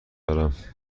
دارم